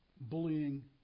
bullying